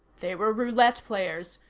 they were roulette players.